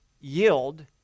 yield